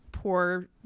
Poor